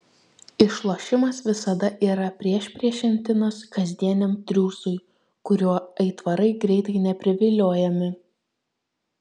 išlošimas visada yra priešpriešintinas kasdieniam triūsui kuriuo aitvarai greitai nepriviliojami